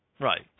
Right